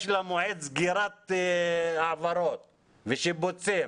יש לה מועד סגירת העברות ושיבוצים.